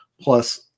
plus